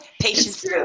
patience